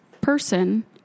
person